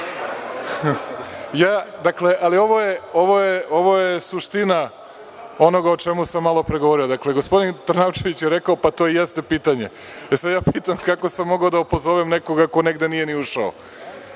pitanje?)Dakle, ovo je suština onoga o čemu sam malo pre govorio. Dakle, gospodin Trnavčević je rekao pa to i jeste pitanje. Sad ja pitam kako sam mogao da opozovem nekoga ko negde nije ni ušao.